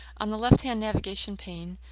on the left-hand navigation pane,